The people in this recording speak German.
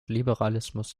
liberalismus